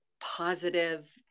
positive